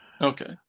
Okay